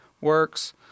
works